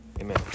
Amen